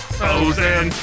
frozen